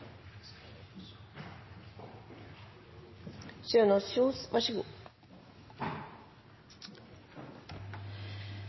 Kjønaas Kjos var så